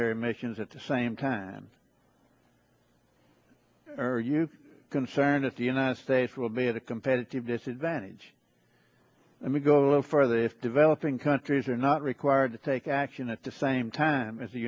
their emissions at the same time are you concerned that the united states will be at a competitive disadvantage i may go a little further if developing countries are not required to take action at the same time as the